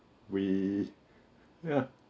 we ya